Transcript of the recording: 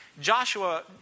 Joshua